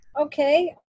Okay